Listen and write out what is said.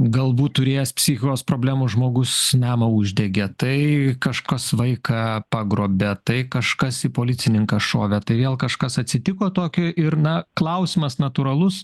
galbūt turėjęs psichikos problemų žmogus namą uždegė tai kažkas vaiką pagrobė tai kažkas į policininką šovė tai vėl kažkas atsitiko tokio ir na klausimas natūralus